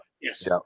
Yes